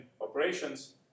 operations